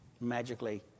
magically